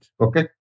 Okay